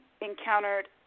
encountered